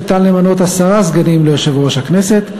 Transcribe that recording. ניתן למנות עשרה סגנים ליושב-ראש הכנסת,